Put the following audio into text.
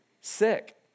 sick